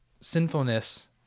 sinfulness